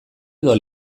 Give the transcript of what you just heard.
edo